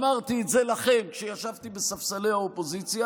אמרתי את זה לכם כשישבתי בספסלי האופוזיציה,